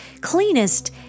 cleanest